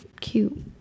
cute